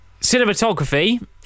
Cinematography